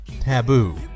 Taboo